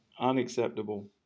unacceptable